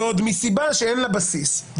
ועוד מסיבה שאין לה בסיס.